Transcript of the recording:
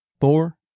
four